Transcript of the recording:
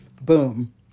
Boom